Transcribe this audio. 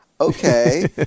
Okay